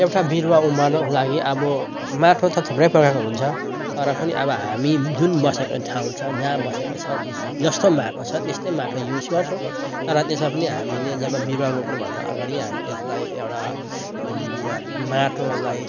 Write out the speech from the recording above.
एउटा बिरुवा उमार्नको लागि अब माटो त थुप्रै प्रकारको हुन्छ तर पनि अब हामी जुन बसेको ठाउँ छ जहाँ बसेको छ जस्तो माटो छ त्यस्तै माटो युज गर्छौँ तर त्यसमा पनि हामीले जब बिरुवा रोप्नुभन्दा अगाडि हामी यसलाई एउटा माटोलाई